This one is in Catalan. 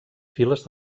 files